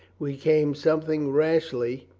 we came something rashly